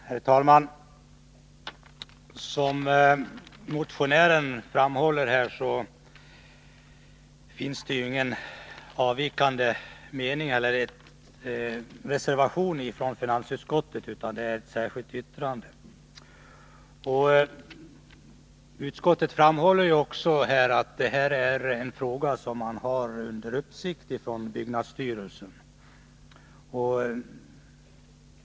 Herr talman! Som motionären framhåller finns ingen reservation till finansutskottets betänkande utan bara ett särskilt yttrande. Utskottet framhåller också att det gäller en fråga, som byggnadsstyrelsen har under uppsikt.